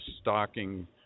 stocking